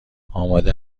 آماده